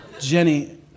Jenny